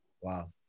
Wow